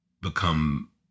become